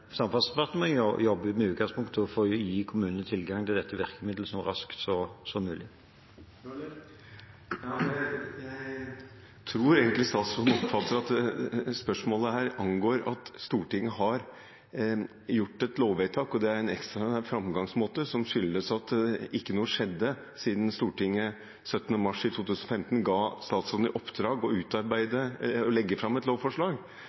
Samferdselsdepartementet jobber med utgangspunkt i å gi kommunene tilgang til dette virkemiddelet så raskt som mulig. Jeg tror egentlig statsråden oppfatter at spørsmålet angår at Stortinget har gjort et lovvedtak, og det er en ekstraordinær framgangsmåte som skyldes at ikke noe skjedde siden Stortinget 17. mars 2015 ga statsråden i oppdrag å utarbeide og legge fram et lovforslag,